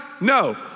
no